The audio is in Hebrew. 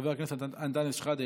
חבר הכנסת אנטאנס שחאדה,